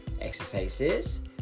Exercises